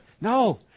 No